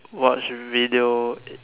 watch video